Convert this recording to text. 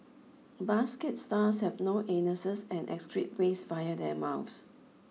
basket stars have no anuses and excrete waste via their mouth